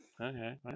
Okay